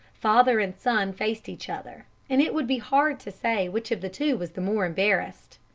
father and son faced each other, and it would be hard to say which of the two was the more embarrassed.